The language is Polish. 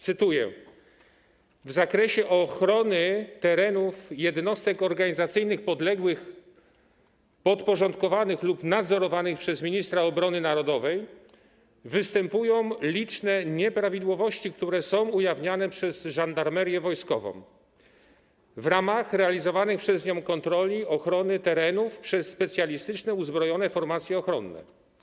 Cytuję: „W zakresie ochrony terenów jednostek organizacyjnych podległych, podporządkowanych lub nadzorowanych przez Ministra Obrony Narodowej występują liczne nieprawidłowości, które są ujawniane przez Żandarmerię Wojskową w ramach realizowanych przez nią kontroli ochrony terenów przez specjalistyczne uzbrojone formacje ochronne.